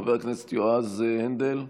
חבר הכנסת יועז הנדל נמצא?